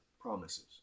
promises